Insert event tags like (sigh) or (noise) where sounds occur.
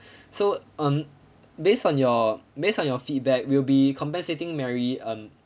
(breath) so um based on your based on your feedback we'll be compensating mary um